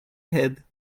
head